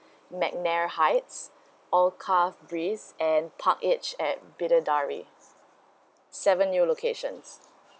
mcnair heights alkaff breeze and park edge at bidadari seven new locations